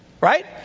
Right